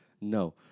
No